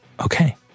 Okay